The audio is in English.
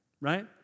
right